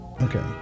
Okay